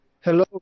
Hello